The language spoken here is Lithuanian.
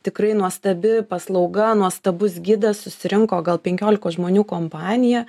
tikrai nuostabi paslauga nuostabus gidas susirinko gal penkiolikos žmonių kompanija